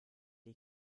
die